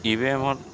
ই ভি এমত